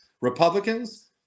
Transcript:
Republicans